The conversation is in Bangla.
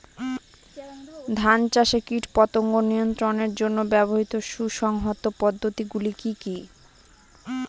ধান চাষে কীটপতঙ্গ নিয়ন্ত্রণের জন্য ব্যবহৃত সুসংহত পদ্ধতিগুলি কি কি?